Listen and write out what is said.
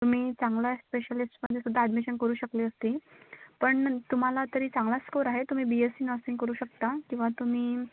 तुम्ही चांगला स्पेशलिस्टमध्ये सुद्धा ॲडमिशन करू शकली असती पण तुम्हाला तरी चांगला स्कोर आहे तुम्ही बीएससी नर्सिंग करू शकता किंवा तुम्ही